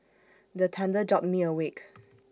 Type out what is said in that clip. the thunder jolt me awake